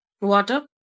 Water